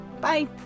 bye